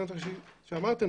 כמו שאמרתם,